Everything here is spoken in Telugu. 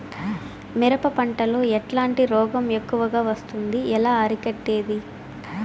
మిరప పంట లో ఎట్లాంటి రోగం ఎక్కువగా వస్తుంది? ఎలా అరికట్టేది?